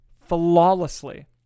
flawlessly